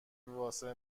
واسه